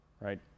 Right